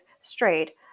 straight